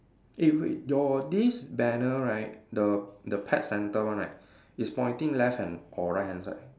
eh wait your this banner right the the pet centre one right is pointing left and or right hand side